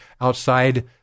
outside